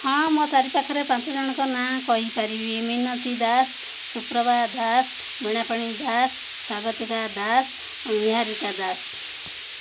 ହଁ ମୋ ଚାରି ପାାଖରେ ପାଞ୍ଚ ଜଣଙ୍କ ନାଁ କହିପାରିବି ମିିନତି ଦାସ ସୁପ୍ରଭା ଦାସ ବୀଣାପାଣି ଦାସ ସ୍ଵାଗତିକା ଦାସ ନିହାରିକା ଦାସ